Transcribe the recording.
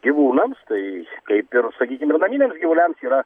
gyvūnams tai kaip ir sakykim ir naminiams gyvūliams yra